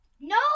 No